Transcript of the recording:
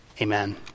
Amen